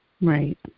Right